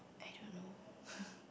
I don't know